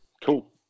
Cool